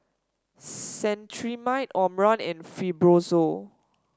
Cetrimide Omron and Fibrosol